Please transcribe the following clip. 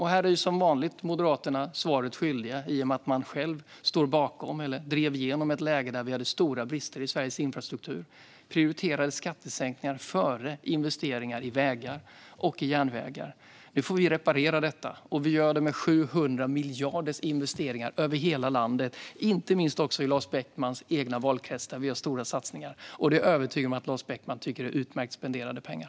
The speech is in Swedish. Här är Moderaterna som vanligt svaret skyldiga i och med att de själva står bakom - eller drev igenom - ett läge med stora brister i Sveriges infrastruktur. De prioriterade skattesänkningar före investeringar i vägar och i järnvägar. Nu får vi reparera detta. Vi gör det med investeringar på 700 miljarder över hela landet, inte minst i Lars Beckmans egen valkrets. Där gör vi stora satsningar, och jag är övertygad om att Lars Beckman tycker att det är utmärkt spenderade pengar.